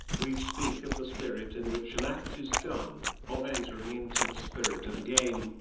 we speak of the spirit in which an act is done, of entering into the spirit of a game,